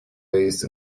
based